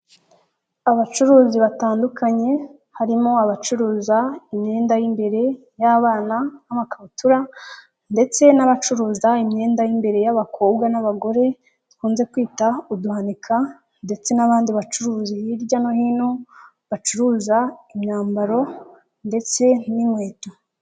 Abacuruzi batandukanye harimo abacuruza imyenda y'imbere y'abana n'amakabutura, ndetse n'abacuruza imyenda y'imbere y'abakobwa n'abagore dukunze kwita uduhanika, ndetse n'abandi bacuruzi hirya no hino bacuruza imyambaro ndetse n'inkweto.